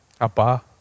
Apa